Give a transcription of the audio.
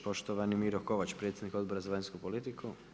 Poštovani Miro Kovač predsjednik Odbora za vanjsku politiku.